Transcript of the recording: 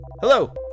Hello